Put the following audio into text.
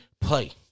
play